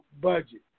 budget